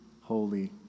Holy